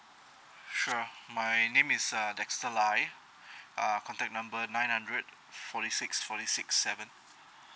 sure my name is uh dexter lai uh contact number nine hundred forty six forty six seven